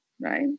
right